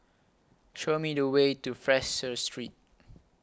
Show Me The Way to Fraser Street